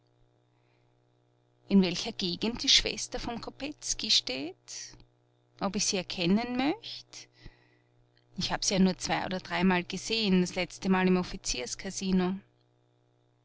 in welcher gegend die schwester vom kopetzky steht ob ich sie erkennen möcht ich hab sie ja nur zwei oder dreimal gesehen das letztemal im